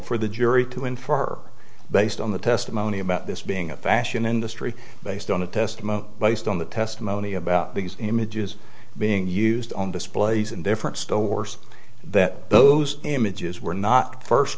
for the jury to infer based on the testimony about this being a fashion industry based on the testimony based on the testimony about these images being used on displays in different stores that those images were not first